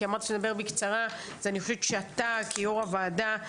אני חושבת שאתה כיו"ר הוועדה,